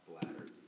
bladder